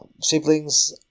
siblings